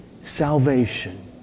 salvation